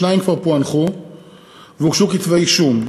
שניים כבר פוענחו והוגשו כתבי-אישום.